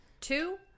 Two